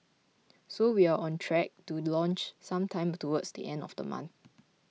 so we're on track to launch sometime towards the end of the month